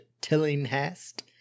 Tillinghast